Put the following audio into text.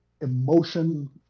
emotion